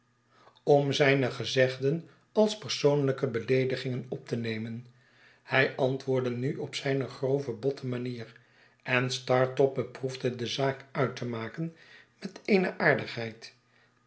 om zijne gezegden v s persoonlijke beleedigingen op te nemen hij antwoordde nu op zijne grove botte manier en startop beproefde de zaak uit te maken met eene aardigheid